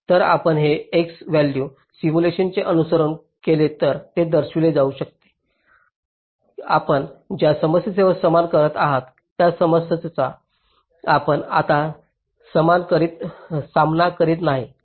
तर आपण हे x व्हॅल्यू सिम्युलेशनचे अनुसरण केल्यास हे दर्शविले जाऊ शकते की आपण ज्या समस्येचा सामना करत आहात त्या समस्येचा आपण आता सामना करीत नाही आहोत